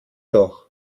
doch